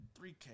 3K